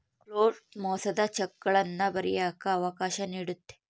float ಮೋಸದ ಚೆಕ್ಗಳನ್ನ ಬರಿಯಕ್ಕ ಅವಕಾಶ ನೀಡುತ್ತೆ